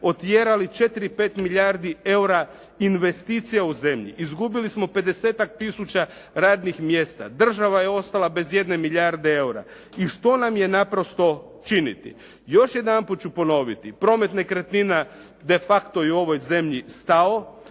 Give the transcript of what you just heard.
otjerali 4, 5 milijardi EUR-a investicija u zemlji. Izgubili smo 50-tak tisuća radnih mjesta. Država je ostala bez jedne milijarde EUR-a. I što nam je naprosto činiti? Još jedanput ću ponoviti. Promet nekretnina de facto je u ovoj zemlji stao.